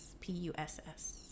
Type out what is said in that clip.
P-U-S-S